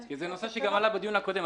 כי זה נושא שעלה גם בדיון הקודם.